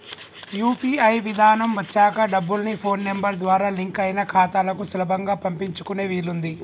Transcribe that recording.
UPI విధానం వచ్చాక డబ్బుల్ని ఫోన్ నెంబర్ ద్వారా లింక్ అయిన ఖాతాలకు సులభంగా పంపించుకునే వీలుంది